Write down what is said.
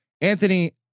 Anthony